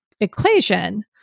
equation